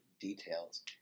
details